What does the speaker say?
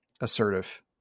assertive